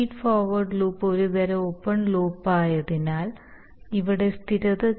feed forward loop ഒരുതരം open ലൂപ്പായതിനാൽ ഇവിടെ സ്ഥിരത ചോദ്യമൊന്നുമില്ല